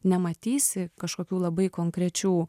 nematysi kažkokių labai konkrečių